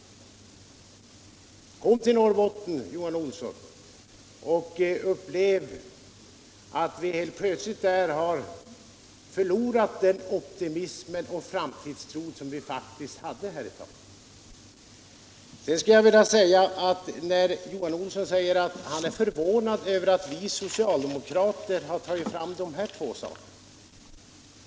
Kom till Norrbotten, Johan Olsson, och upplev att vi där helt plötsligt har förlorat den framtidstro som vi hade förut! Herr Olsson säger att han är förvånad över att vi socialdemokrater har tagit fram dessa två saker.